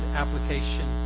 application